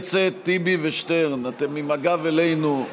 אתם עם הגב אלינו.